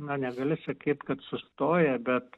na negali sakyt kad sustoja bet